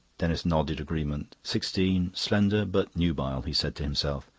denis nodded agreement. sixteen, slender, but nubile, he said to himself,